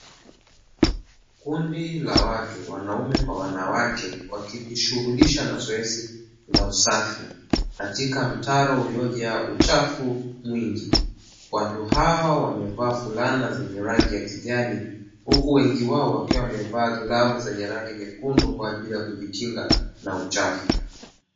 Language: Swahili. Kundi la watu wanaume kwa wanawake wakijishughulisha na zoezi la usafi katika mtaro uliojaa uchafu mwingi. Watu hawa wamevaa fulana zenye rangi ya kijani, huku wengi wao wakiwa wamevaa glavu nyekundu kwa ajili ya kujikinga na uchafu.